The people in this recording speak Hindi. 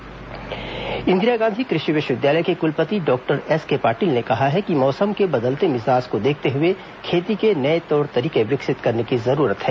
कृषि विवि कार्यशाला इंदिरा गांधी कृषि विश्वविद्यालय के क्लपति डॉक्टर एसके पाटिल ने कहा है कि मौसम के बदलते मिजाज को देखते हुए खेती के नए तौर तरीके विकसित करने की जरूरत है